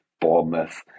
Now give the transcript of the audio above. Bournemouth